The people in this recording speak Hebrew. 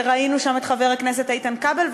וראינו שם את חבר הכנסת איתן כבל,